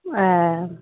ए